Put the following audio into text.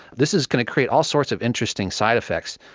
this is going to create all sorts of interesting side-effects.